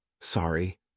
Sorry